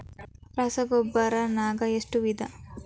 ರಸಗೊಬ್ಬರ ನಾಗ್ ಎಷ್ಟು ವಿಧ?